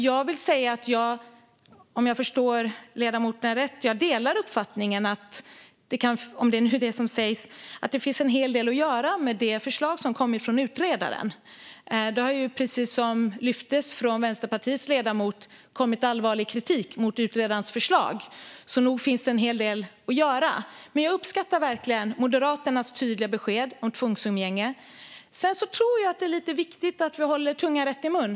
Om det nu är det som sägs och om jag förstår ledamoten rätt vill jag säga att jag delar uppfattningen att det finns en hel del att göra med det förslag som kommit från utredaren. Precis som Vänsterpartiets ledamot lyfte fram har det ju kommit allvarlig kritik mot utredarens förslag, så nog finns det en hel del att göra. Men jag uppskattar verkligen Moderaternas tydliga besked om tvångsumgänge. Sedan tror jag att det är lite viktigt att vi håller tungan rätt i mun.